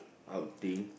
I'll think